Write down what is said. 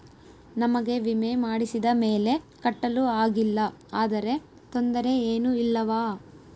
ನಮಗೆ ವಿಮೆ ಮಾಡಿಸಿದ ಮೇಲೆ ಕಟ್ಟಲು ಆಗಿಲ್ಲ ಆದರೆ ತೊಂದರೆ ಏನು ಇಲ್ಲವಾ?